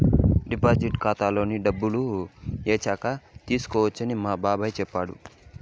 deposit ఖాతాలో డబ్బులు ఏయచ్చు తీసుకోవచ్చని మా బాబాయ్ చెప్పాడు